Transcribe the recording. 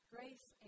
Grace